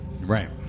Right